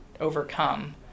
overcome